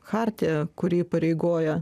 chartiją kuri įpareigoja